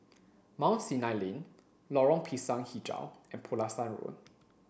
Mount Sinai Lane Lorong Pisang Hijau and Pulasan Road